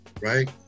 right